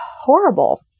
Horrible